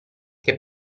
che